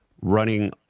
running